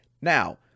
Now